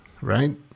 right